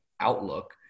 outlook